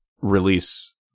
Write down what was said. release